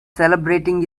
celebrating